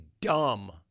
dumb